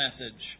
message